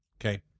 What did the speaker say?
Okay